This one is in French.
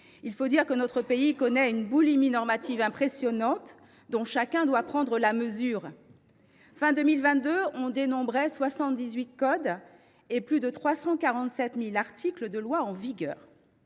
Il faut dire que notre pays connaît une boulimie normative dont chacun doit prendre la mesure. Fin 2022, on dénombrait 78 codes et plus de 347 000 articles de loi en vigueur.